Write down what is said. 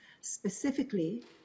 specifically